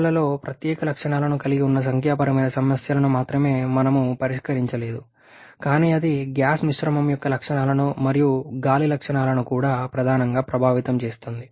భాగాలలో ప్రత్యేక లక్షణాలను కలిగి ఉన్న సంఖ్యాపరమైన సమస్యలను మాత్రమే మేము పరిష్కరించలేదు కానీ అది గ్యాస్ మిశ్రమం యొక్క లక్షణాలను మరియు గాలి లక్షణాలను కూడా ప్రధానంగా ప్రభావితం చేస్తుంది